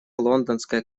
лондонская